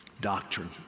doctrine